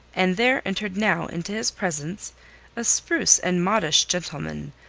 and there entered now into his presence a spruce and modish gentleman,